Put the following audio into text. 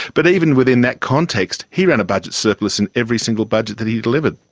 but even within that context he ran a budget surplus in every single budget that he delivered.